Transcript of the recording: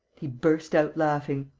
he burst out laughing